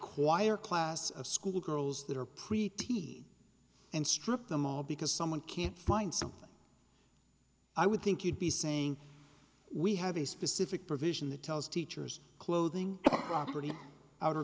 choir class of school girls that are preety and stripped them all because someone can't find something i would think you'd be saying we have a specific provision that tells teachers clothing property outer